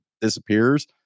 disappears